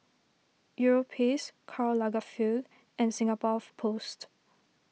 Europace Karl Lagerfeld and Singapore Post